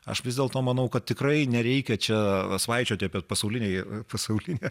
aš vis dėlto manau kad tikrai nereikia čia svaičioti apie pasaulinį pasaulinę